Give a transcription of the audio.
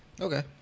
okay